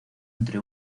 entre